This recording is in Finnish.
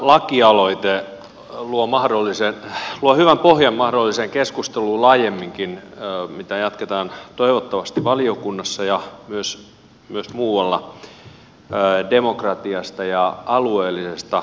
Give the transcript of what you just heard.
tämä lakialoite luo hyvän pohjan mahdolliseen laajempaankin keskusteluun mitä jatketaan toivottavasti valiokunnassa ja myös muualla demokratiasta ja alueellisesta edustuksesta